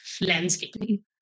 landscaping